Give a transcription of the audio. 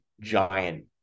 giant